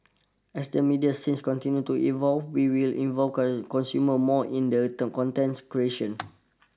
as the media scenes continue to evolve we will involve consumer more in the contents creation